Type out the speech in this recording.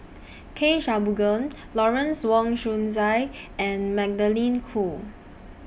K Shanmugam Lawrence Wong Shyun Tsai and Magdalene Khoo